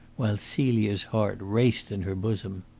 while celia's heart raced in her bosom.